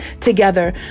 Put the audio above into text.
together